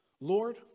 Lord